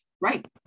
Right